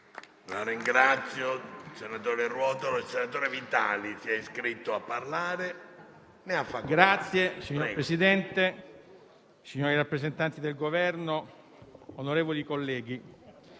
Signor Presidente, signori rappresentanti del Governo, onorevoli colleghi,